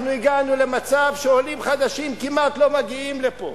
אנחנו הגענו למצב שעולים חדשים כמעט לא מגיעים לפה.